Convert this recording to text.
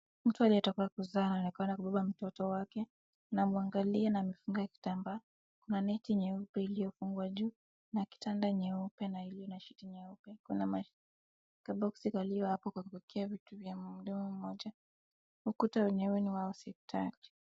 Mtu aliyetoka kuzaa anaonekana anabeba mtoto wake. Anamwangalia na amefunga kitambaa. Kuna neti nyeupe iliyofungwa juu na kitanda nyeupe na iliyo na shiti nyeupe. Kuna ka boksi kaliyo hapo ka kuekea vitu vya mhudumu mmoja. Ukuta mwenyewe ni wa hospitali.